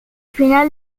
final